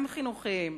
גם חינוכיים.